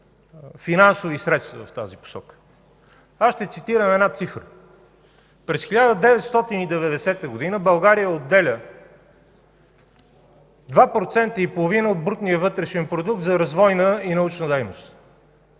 финансови средства в тази посока. Ще цитирам една цифра. През 1990 г. България отделя 2,5% от брутния вътрешен продукт за развойна и научна дейност.